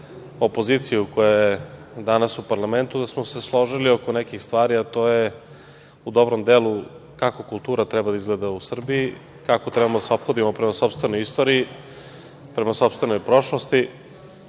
opoziciju koje je danas u parlamentu, da smo se složili oko nekih stvari, a to je u dobrom delu kako kultura treba da izgleda u Srbiji, kako treba da se ophodimo prema sopstvenoj istoriji, prema sopstvenoj prošlosti